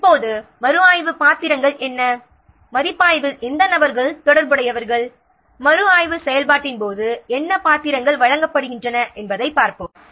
இப்போது மறுஆய்வு பாத்திரங்கள் என்ன மதிப்பாய்வில் எந்த நபர்கள் தொடர்புடையவர்கள் மறுஆய்வு செயல்பாட்டின் போது என்ன பாத்திரங்கள் வழங்கப்படுகின்றன என்பதைப் பார்ப்போம்